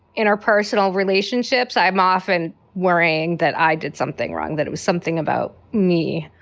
in our personal relationships, i'm often worrying that i did something wrong, that it was something about me.